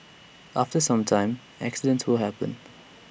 after some time accidents will happen